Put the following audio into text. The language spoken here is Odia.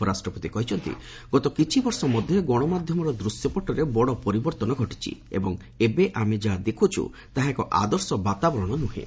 ଉପରାଷ୍ଟପତି କହିଛନ୍ତି ଗତ କିଛି ବର୍ଷ ମଧ୍ୟରେ ଗଣମାଧ୍ୟମର ଦୂଶ୍ୟପଟରେ ବଡ଼ ପରିବର୍ତ୍ତନ ଘଟିଛି ଏବଂ ଏବେ ଆମେ ଯାହା ଦେଖୁଛୁ ତାହା ଏକ ଆଦର୍ଶ ବାତାବରଣ ନୁହେଁ